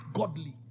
godly